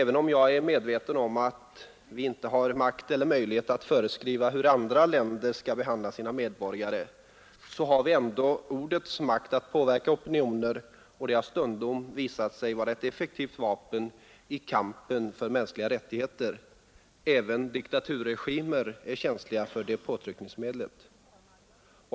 Även om jag är medveten om att vi inte har makt eller möjlighet att föreskriva hur andra länder skall behandla sina medborgare, har vi ändå ordets makt att påverka opinioner. Det har stundom visats sig vara ett effektivt vapen i kampen för mänskliga rättigheter. Även diktaturregimer är känsliga för det påtryckningsmedlet.